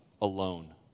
alone